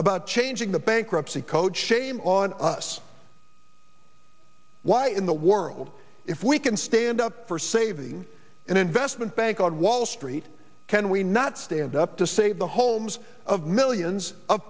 about changing the bankruptcy code shame on us why in the world if we can stand up for saving and investment banks on wall street can we not stand up to save the homes of millions of